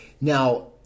now